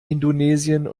indonesien